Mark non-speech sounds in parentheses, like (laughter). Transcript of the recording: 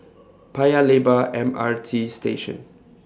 (noise) Paya Lebar M R T Station